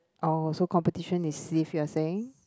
oh so competition is stiff you're saying